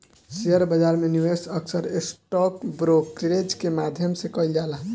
share बाजार में निवेश अक्सर स्टॉक ब्रोकरेज के माध्यम से कईल जाला